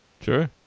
Sure